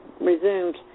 resumed